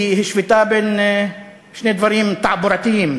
היא השוותה בין שני דברים תעבורתיים,